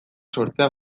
sortzea